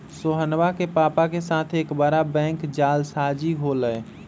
सोहनवा के पापा के साथ एक बड़ा बैंक जालसाजी हो लय